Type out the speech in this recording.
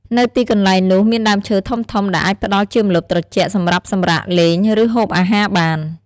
នៅទីកន្លែងនោះមានដើមឈើធំៗដែលអាចផ្តល់ជាម្លប់ត្រជាក់សម្រាប់សម្រាកលេង ឬហូបអាហារបាន។